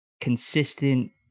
consistent